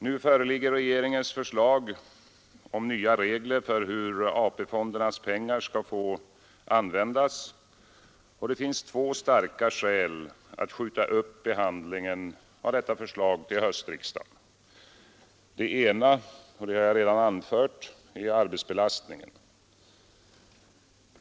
Nu föreligger regeringens förslag om nya regler för hur AP-fondernas pengar skall få användas. Det finns två starka skäl att skjuta upp behandlingen av detta förslag till höstriksdagen. Det ena — och det har jag redan anfört — är arbetsbelastningen.